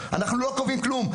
קובעים כלום.